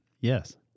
Yes